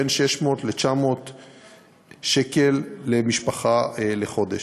בין 600 ל-900 שקל למשפחה לחודש,